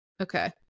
Okay